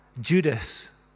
Judas